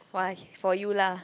why for you lah